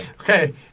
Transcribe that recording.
Okay